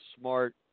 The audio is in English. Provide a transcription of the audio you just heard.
smart